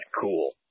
cool